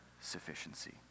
sufficiency